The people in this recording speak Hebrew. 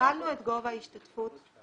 הגבלנו את גובה ההשתתפות גם לדולה.